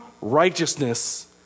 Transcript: righteousness